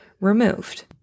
removed